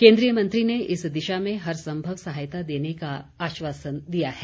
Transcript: केन्द्रीय मंत्री ने इस दिशा में हर संभव सहायता देने का आश्वासन दिया है